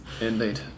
indeed